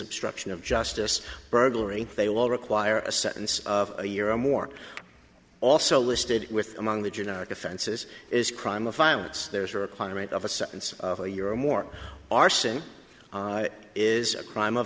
obstruction of justice burglary they will require a sentence of a year or more also listed with among the generic offenses is crime of violence there's a requirement of a sentence of a year or more arson is a crime of